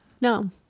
No